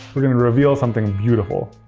we're going to reveal something beautiful.